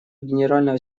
генерального